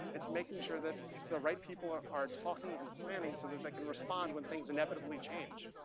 it's making sure that the right people are are talking and planning, so that they can respond when things inevitably change.